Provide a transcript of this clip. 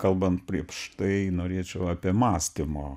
kalbant prieš tai norėčiau apie mąstymo